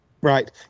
Right